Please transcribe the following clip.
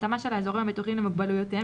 ההתאמה של האזורים הבטוחים למוגבלויותיהם